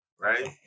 right